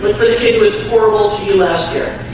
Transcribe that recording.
but kid was horrible to you last year.